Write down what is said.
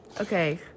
Okay